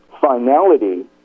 finality